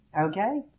Okay